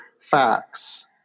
facts